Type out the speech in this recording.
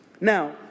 Now